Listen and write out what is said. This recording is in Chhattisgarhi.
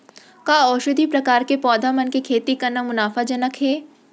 का औषधीय प्रकार के पौधा मन के खेती करना मुनाफाजनक हे?